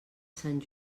sant